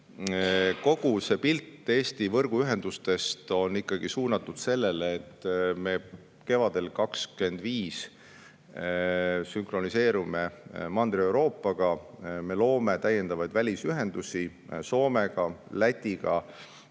Kogu see pilt Eesti võrguühendustest on ikkagi suunatud sellele, et me 2025. aasta kevadel sünkroniseerume Mandri‑Euroopaga, me loome täiendavaid välisühendusi Soomega ja Lätiga